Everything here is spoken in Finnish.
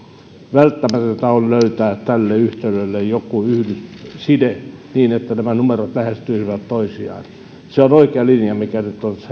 välttämätöntä on löytää tälle yhtälölle joku yhdysside niin että nämä numerot lähestyisivät toisiaan se on oikea linja mikä nyt on